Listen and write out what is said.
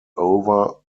over